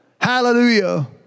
Hallelujah